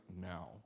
now